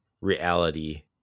reality